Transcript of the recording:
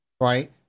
right